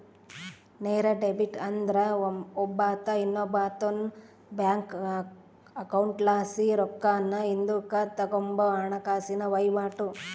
ನೇರ ಡೆಬಿಟ್ ಅಂದ್ರ ಒಬ್ಬಾತ ಇನ್ನೊಬ್ಬಾತುನ್ ಬ್ಯಾಂಕ್ ಅಕೌಂಟ್ಲಾಸಿ ರೊಕ್ಕಾನ ಹಿಂದುಕ್ ತಗಂಬೋ ಹಣಕಾಸಿನ ವಹಿವಾಟು